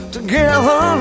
Together